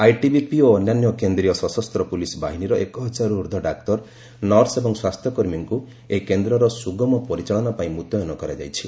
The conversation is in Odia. ଆଇଟିବିପି ଓ ଅନ୍ୟାନ୍ୟ କେନ୍ଦ୍ରୀୟ ସଶସ୍ତ ପ୍ରଲିସ ବାହିନୀର ଏକ ହଜାରରରୁ ଉର୍ଦ୍ଧ୍ୱ ଡାକ୍ତର ନର୍ସ ଏବଂ ସ୍ୱାସ୍ଥ୍ୟ କର୍ମୀଙ୍କୁ ଏହି କେନ୍ଦ୍ରର ସୁଗମ ପରିଚାଳନା ପାଇଁ ମୁତୟନ କରାଯାଇଛି